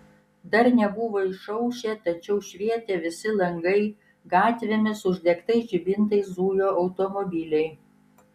dar nebuvo išaušę tačiau švietė visi langai gatvėmis uždegtais žibintais zujo automobiliai